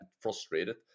frustrated